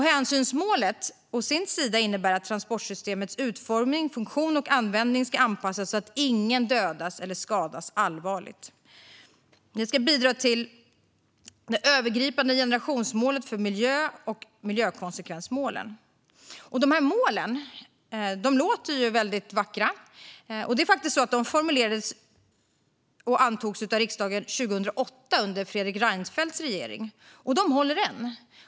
Hänsynsmålet innebär å sin sida att transportsystemets utformning, funktion och användning ska anpassas så att ingen dödas eller skadas allvarligt. Det ska bidra till det övergripande generationsmålet för miljö och miljökonsekvensmålen. De här målen låter ju väldigt vackra. Det är faktiskt så att de formulerades och antogs av riksdagen 2008, under Fredrik Reinfeldts regering. De håller än.